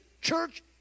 church